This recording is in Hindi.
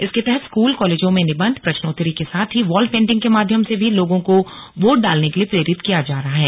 इसके तहत स्कूल कॉलेजों में निबन्ध प्रश्नोत्तरी के साथ ही वॉल पेंटिग के माध्यम से भी लोगों को वोट डालने के लिए प्रेरित किया जा रहा है